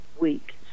week